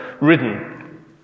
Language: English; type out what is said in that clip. ridden